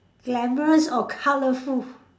glamorous or colourful